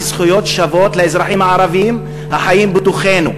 זכויות שוות לאזרחים הערבים החיים בתוכנו.